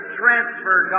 transfer